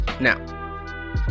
Now